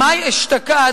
במאי אשתקד,